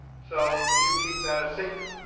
so can you keep that a secret?